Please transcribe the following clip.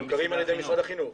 הם מוכרים על ידי משרד החינוך.